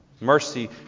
Mercy